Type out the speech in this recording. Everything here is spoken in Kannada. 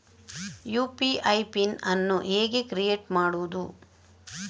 ಯು.ಪಿ.ಐ ಪಿನ್ ಅನ್ನು ಹೇಗೆ ಕ್ರಿಯೇಟ್ ಮಾಡುದು?